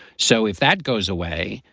so if that goes away,